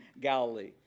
Galilee